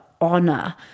honor